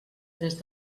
des